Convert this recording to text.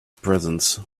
presence